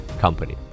company